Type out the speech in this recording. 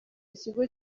ikigo